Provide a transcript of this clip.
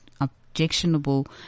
objectionable